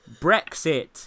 brexit